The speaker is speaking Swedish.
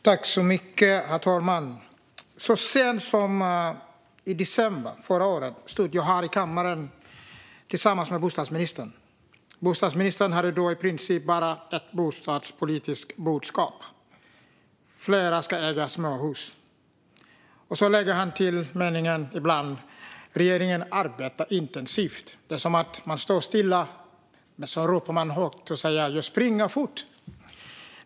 Herr talman! Så sent som i december förra året stod jag här i kammaren tillsammans med bostadsministern. Han hade då i princip bara ett bostadspolitiskt budskap: Fler ska äga småhus. Och så lägger han ibland till meningen: Regeringen arbetar intensivt. Det är som att man står stilla och så plötsligt ropar högt och säger: Jag springer fort!